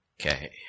Okay